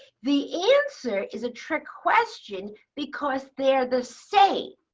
the insert is a trick question because they're the same.